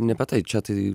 ne apie tai čia tai